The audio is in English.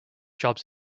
jobs